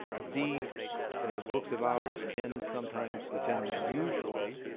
these books of hours tend sometimes, or tend usually,